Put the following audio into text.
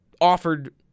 offered